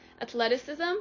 athleticism